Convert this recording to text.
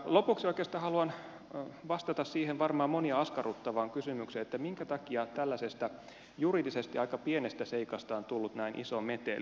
lopuksi oikeastaan haluan vastata siihen varmaan monia askarruttavaan kysymykseen että minkä takia tällaisesta juridisesti aika pienestä seikasta on tullut näin iso meteli